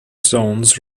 zones